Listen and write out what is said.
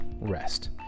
rest